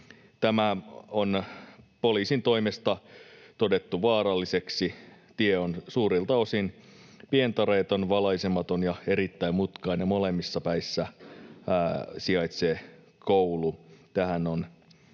Se on poliisin toimesta todettu vaaralliseksi. Tie on suurilta osin pientareeton, valaisematon ja erittäin mutkainen, ja molemmissa päissä sijaitsee koulu.